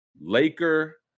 Laker